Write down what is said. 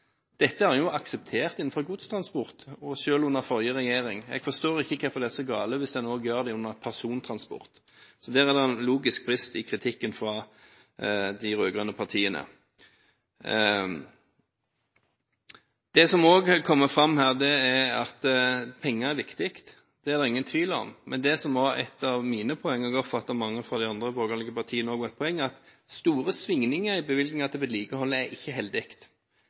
Dette har en akseptert innenfor godstransport, og selv under forrige regjering. Jeg forstår ikke hvorfor det er så galt hvis en òg gjør det for persontransport. Der er det en logisk brist i kritikken fra de rød-grønne partiene. Det som òg kommer fram her, er at penger er viktig. Det er det ingen tvil om, men det som er et av mine poeng, og som jeg oppfatter at mange fra de andre borgerlige partiene også ser som et poeng, er at store svingninger i bevilgninger til vedlikehold ikke er heldig.